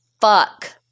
fuck